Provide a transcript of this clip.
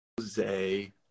Jose